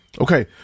Okay